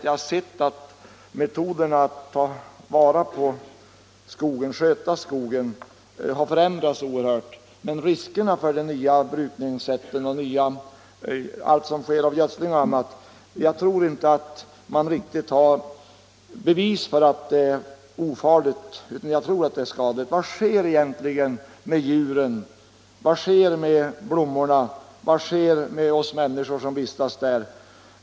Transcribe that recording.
Jag har sett att metoderna för att ta vara på skogen och sköta den har förändrats oerhört. Men jag tror inte att man riktigt har bevis för att det nya brukningssättet, vad som sker i fråga om gödsling och annat, är ofarligt, utan jag tror att det kan vara skadligt. Vad sker egentligen med djuren och blommorna, vad sker med oss människor som vistas där?